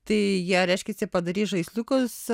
tai jie reiškiasi padarys žaisliukus